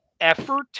effort